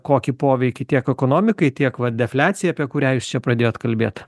kokį poveikį tiek ekonomikai tiek defliacijai apie kurią jūs čia pradėjot kalbėti